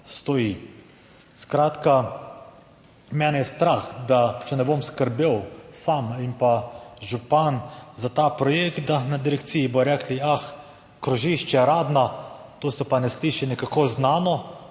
mene je strah, da če ne bom skrbel sam in pa župan za ta projekt, da na direkciji bodo rekli, ah, krožišče Radna, to se pa ne sliši nekako znano.